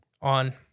on